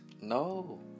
No